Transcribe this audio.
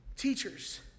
Teachers